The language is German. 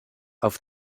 auf